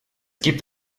gibt